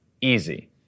easy